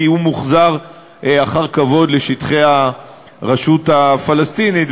כי הוא מוחזר אחר כבוד לשטחי הרשות הפלסטינית,